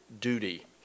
duty